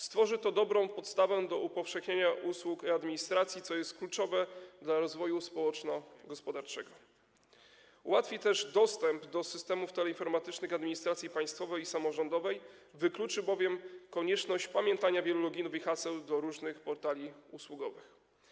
Stworzy to dobrą podstawę do upowszechnienia usług e-administracji, co jest kluczowe dla rozwoju społeczno-gospodarczego, ułatwi też dostęp do systemów teleinformatycznych administracji państwowej i samorządowej, wykluczy bowiem konieczność pamiętania wielu loginów i haseł dla różnych portali usługowych.